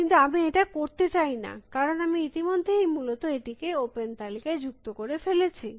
কিন্তু আমি এটা করতে চাইনা কারণ আমি ইতিমধ্যেই মূলত এটিকে ওপেন তালিকায় যুক্ত করে ফেলেছি